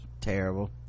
terrible